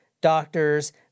doctors